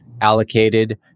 allocated